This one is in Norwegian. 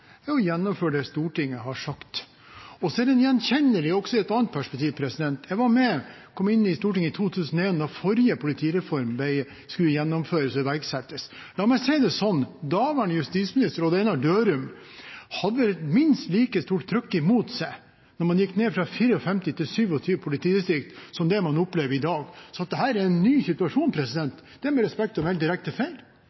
jeg forholder meg til at statsråden har vært tydelig på at hans jobb er å gjennomføre det Stortinget har sagt. Debatten er gjenkjennelig også i et annet perspektiv. Jeg kom inn på Stortinget i 2001 da forrige politireform skulle gjennomføres og iverksettes. La meg si det sånn: Daværende justisminister Odd Einar Dørum hadde minst et like stort trykk imot seg da man gikk ned fra 54 til 27 politidistrikt som det man opplever i dag. Så at dette er en ny situasjon,